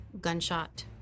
gunshot